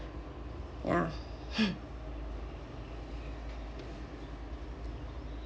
ya